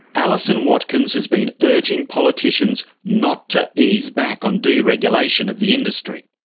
alison watkins has been urging politicians not to ease back on deregulation of the industry,